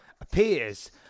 appears